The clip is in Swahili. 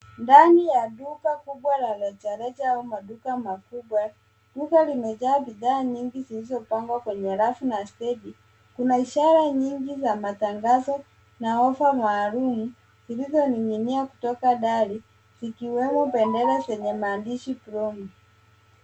Ndani ya duka kubwa la rejareja au maduka makubwa. Duka limejaa bidhaa nyingi zilizopangwa kwenye rafu na stedi. Kuna ishara nyingi za matangazo na ofa maalum, zilizoning'inia kutoka dari, zikiwemo bendera zenye maandishi promo .